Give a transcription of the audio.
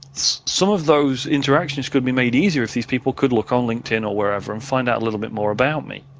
some of those interactions could be made easier if these people could look on linkedin or wherever. um find out a little bit more about me